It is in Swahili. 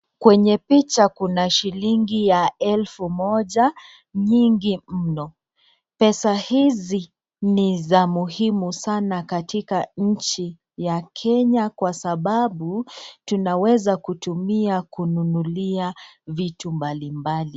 Kwenye picha kuna shilingi ya elfu moja, nyingi mno. Pesa hizi nizamuhimu sana katika nchi ya Kenya kwa sababu tunaweza kutumia kununulia vitu mbalimbali.